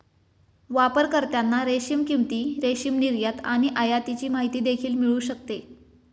वापरकर्त्यांना रेशीम किंमती, रेशीम निर्यात आणि आयातीची माहिती देखील मिळू शकते